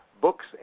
books